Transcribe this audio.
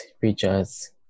features